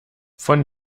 von